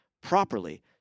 properly